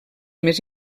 més